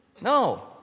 No